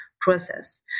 process